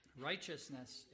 righteousness